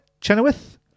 Chenoweth